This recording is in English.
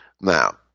Now